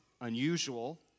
unusual